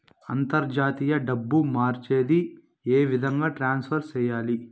అంతర్జాతీయ డబ్బు మార్చేది? ఏ విధంగా ట్రాన్స్ఫర్ సేయాలి?